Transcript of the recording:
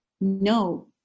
no